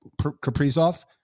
Kaprizov